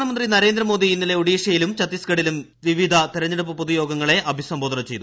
പ്രധാനമന്ത്രി നരേന്ദ്രമോദി ഇന്നലെ ഒഡീഷയിലും ചത്തീസ്ഖഡിലും വിവിധ തെരഞ്ഞെടുപ്പ് പൊതുയോഗങ്ങളെ അഭിസംബോധന ചെയ്തു